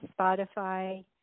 Spotify